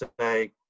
say